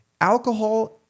Alcohol